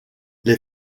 les